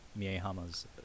miehama's